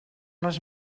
les